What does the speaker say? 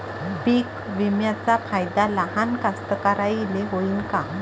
पीक विम्याचा फायदा लहान कास्तकाराइले होईन का?